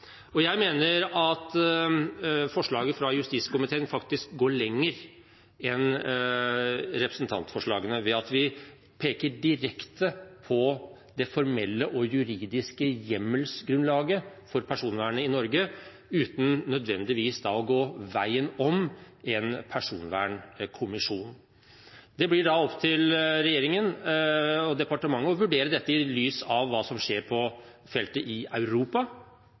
Jeg mener at forslaget fra justiskomiteen faktisk går lenger enn representantforslagene ved at vi peker direkte på det formelle og juridiske hjemmelsgrunnlaget for personvernet i Norge, uten nødvendigvis å gå veien om en personvernkommisjon. Det blir opp til regjeringen og departementet å vurdere dette i lys av hva som skjer på feltet i Europa.